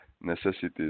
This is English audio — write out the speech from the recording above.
necessities